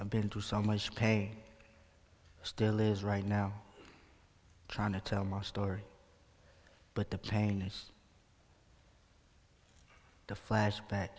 i've been through so much pain still is right now trying to tell my story but the pain is the flashback